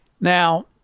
Now